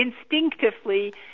instinctively